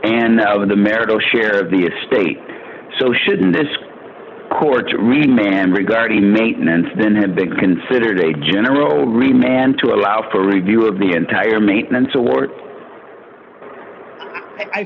and the marital share of the estate so shouldn't this court really ma'am regarding maintenance then have been considered a general re man to allow for a view of the entire maintenance award i